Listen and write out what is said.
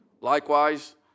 Likewise